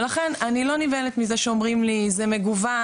ולכן אני לא נבהלת מזה שאומרים לי זה מגוון,